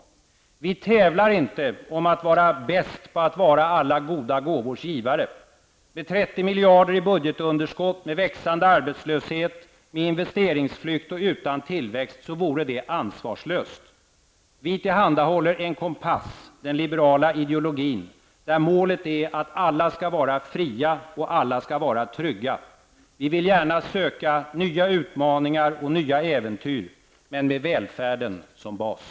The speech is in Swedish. Vi tävlar inte om att vara bäst i rollen som alla goda gåvors givare. Med 30 miljarder i budgetunderskott, med växande arbetslöshet, med investeringsflykt och utan tillväxt vore det ansvarslöst. Vi tillhandahåller en kompass, den liberala ideologin. Målet är att alla skall vara fria och att alla skall vara trygga. Vi vill gärna söka nya utmaningar och nya äventyr, men med välfärden som bas.